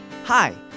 Hi